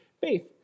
faith